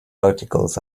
articles